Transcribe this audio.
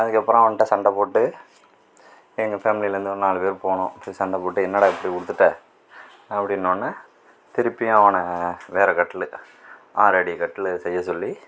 அதுக்கப்றம் அவன்கிட்ட சண்டை போட்டு எங்கள் ஃபேமிலிலேயிருந்து நாலு பேர் போனோம் போய் சண்டை போட்டு என்னடா இப்படி கொடுத்துட்ட அப்படினோடனே திருப்பியும் அவனை வேறு கட்டில் ஆறடி கட்டில் செய்ய சொல்லி